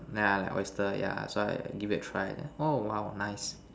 then I like oyster yeah so I give it a try then oh !wow! nice